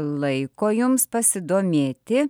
laiko jums pasidomėti